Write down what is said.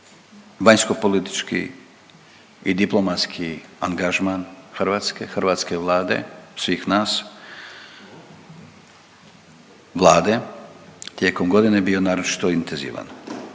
vanjskopolitički i diplomatski angažman Hrvatske, hrvatske Vlade, svih nas Vlade tijekom godina bio naročito intenzivan.